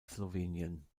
slowenien